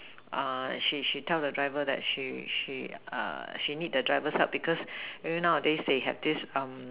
she she tell the driver that she she she need the driver's help because maybe nowadays they have this